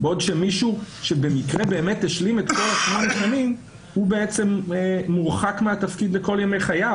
בעוד שמישהו שבאמת השלים את 8 השנים מורחק מהתפקיד לכל ימי חייו.